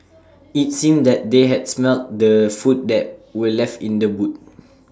IT seemed that they had smelt the food that were left in the boot